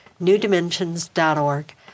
NewDimensions.org